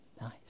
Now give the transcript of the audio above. nice